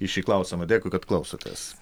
į šį klausimą dėkui kad klausotės